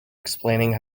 explaining